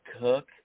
cook